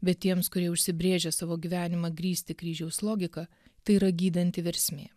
bet tiems kurie užsibrėžė savo gyvenimą grįsti kryžiaus logika tai yra gydanti versmė